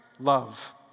Love